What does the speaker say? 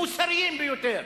מוסריים ביותר.